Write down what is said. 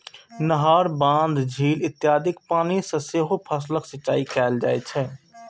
नहर, बांध, झील इत्यादिक पानि सं सेहो फसलक सिंचाइ कैल जाइ छै